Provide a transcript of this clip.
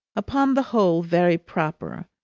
upon the whole, very proper.